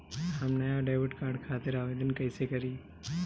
हम नया debit card खातिर आवेदन कईसे करी?